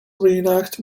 reenact